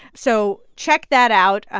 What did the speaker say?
so check that out.